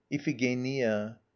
Iphigenia